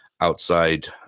outside